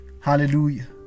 Hallelujah